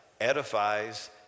edifies